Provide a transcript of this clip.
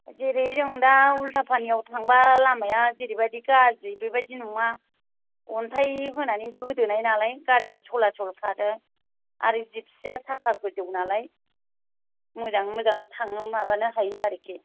जेरै जों दा उल्था फानिआव थांबा लामाया जेरै बायदि गाज्रि बेबायदि नङा अन्थाइ होनानै गोदोनाय नालाय दा गारिआ सला सल खारो आरो जिबसिआ साखा गोजौ नालाय मोजाङै मोजां थांनो माबानो हायो आरोखि